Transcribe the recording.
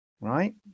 right